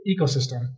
ecosystem